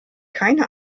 keine